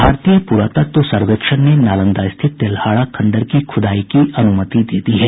भारतीय पुरात्तव सर्वेक्षण ने नालंदा स्थित तेल्हाड़ा खंडहर की खुदाई की अनुमति दे दी है